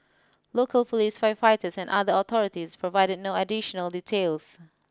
local police firefighters and other authorities provided no additional details